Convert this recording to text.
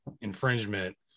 infringement